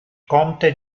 conte